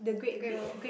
the great world